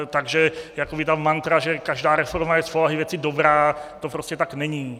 Takže jakoby ta mantra, že každá reforma je z povahy věci dobrá, to prostě tak není.